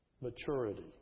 Maturity